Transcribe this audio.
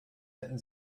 hätten